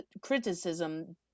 criticism